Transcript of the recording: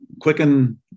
quicken